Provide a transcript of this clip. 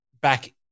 back